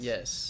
Yes